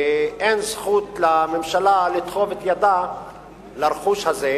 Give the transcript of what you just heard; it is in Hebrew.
ואין זכות לממשלה לתחוב את ידה לרכוש הזה,